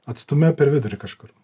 atstume per vidurį kažkur